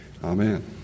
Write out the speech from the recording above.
Amen